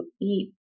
eat